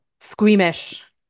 squeamish